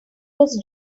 was